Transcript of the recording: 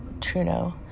Trudeau